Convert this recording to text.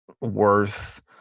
worth